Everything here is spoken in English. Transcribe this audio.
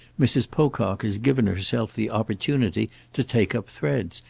mrs. pocock has given herself the opportunity to take up threads.